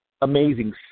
amazing